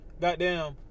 Goddamn